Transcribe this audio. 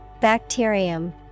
Bacterium